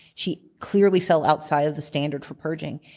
she clearly fell outside of the standard for purging,